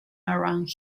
around